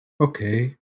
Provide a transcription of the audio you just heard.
Okay